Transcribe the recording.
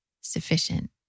sufficient